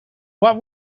what